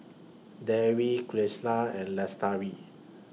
Dewi Qalisha and Lestari